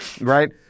right